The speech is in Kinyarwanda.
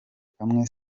kamwe